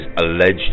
alleged